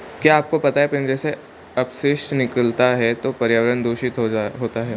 क्या आपको पता है पिंजरों से अपशिष्ट निकलता है तो पर्यावरण दूषित होता है?